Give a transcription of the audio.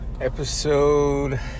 Episode